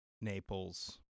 Naples